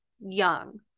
young